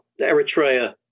Eritrea